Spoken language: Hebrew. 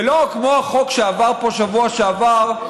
ולא כמו החוק שעבר פה בשבוע שעבר,